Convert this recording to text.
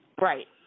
Right